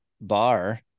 Bar